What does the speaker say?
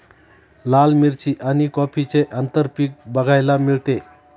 लाल मिरची आणि कॉफीचे आंतरपीक बघायला मिळते